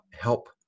help